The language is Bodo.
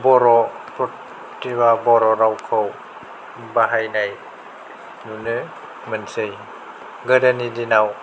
बर' प्रतिभा बर' रावखौ बाहायनाय नुनो मोनसै गोदोनि दिनाव